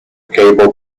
cable